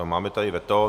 Máme tady veto.